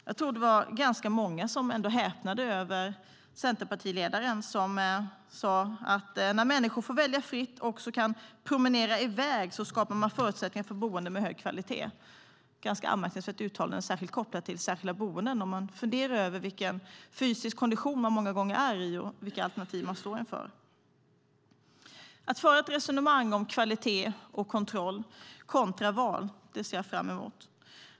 Jag tror att det var ganska många som ändå häpnade över det som centerpartiledaren sade: När människor får välja fritt och också kan promenera i väg skapar man förutsättningar för boende med hög kvalitet. Det är ett ganska anmärkningsvärt uttalande, särskilt kopplat till särskilda boenden om man funderar över vilken fysisk kondition dessa äldre många gånger har och vilka alternativ som de står inför. Jag ser fram emot att föra ett resonemang om kvalitet och kontroll kontra val.